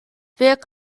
bheadh